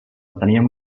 teníem